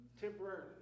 Temporarily